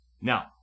Now